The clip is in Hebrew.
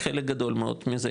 חלק גדול מאוד מזה,